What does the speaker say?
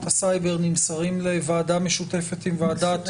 הסייבר נמסרים לוועדה משותפת עם ועדת